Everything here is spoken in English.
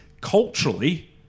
culturally